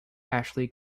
ashley